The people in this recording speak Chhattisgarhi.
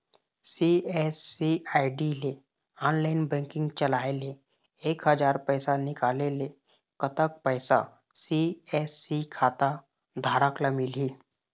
सी.एस.सी आई.डी ले ऑनलाइन बैंकिंग चलाए ले एक हजार पैसा निकाले ले कतक पैसा सी.एस.सी खाता धारक ला मिलही?